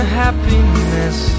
happiness